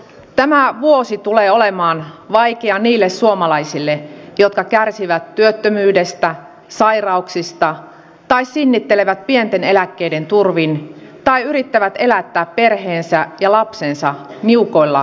tämä vuosi tulee olemaan vaikea niille suomalaisille jotka kärsivät työttömyydestä sairauksista tai sinnittelevät pienten eläkkeiden turvin tai yrittävät elättää perheensä ja lapsensa niukoilla tuloilla